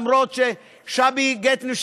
למרות ששבי גטניו,